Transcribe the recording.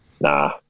Nah